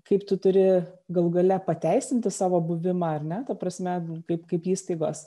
kaip tu turi galų gale pateisinti savo buvimą ar ne ta prasme kaip kaip įstaigos